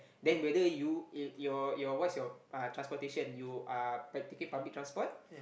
then whether you it your your what's your uh transportation you are by taking public transport